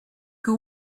who